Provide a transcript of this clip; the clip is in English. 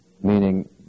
meaning